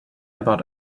about